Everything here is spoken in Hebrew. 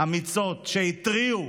אמיצות שהתריעו